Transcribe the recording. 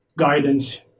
Guidance